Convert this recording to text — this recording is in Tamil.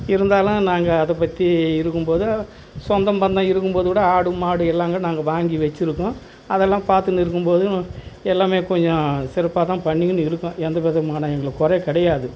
இருந்தாலும் நாங்கள் அதை பற்றி இருக்கும்போது சொந்தம் பந்தம் இருக்கும்போது கூட ஆடு மாடு எல்லாங்க நாங்கள் வாங்கி வெச்சுருக்கோம் அதெல்லாம் பார்த்துன்னு இருக்கும்போதும் எல்லாமே கொஞ்சம் சிறப்பாக தான் பண்ணிக்கின்னு இருக்கேன் எந்த விதமான எங்களுக்கு குறை கிடையாது